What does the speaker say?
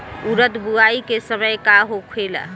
उरद बुआई के समय का होखेला?